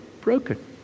broken